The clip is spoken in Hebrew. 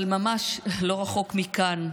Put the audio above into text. אבל ממש לא רחוק מכאן,